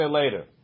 later